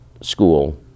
school